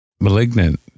Malignant